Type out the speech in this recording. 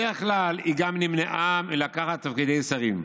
בדרך כלל היא גם נמנעה מלקחת תפקידי שרים.